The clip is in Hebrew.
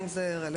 האם זה רלוונטי.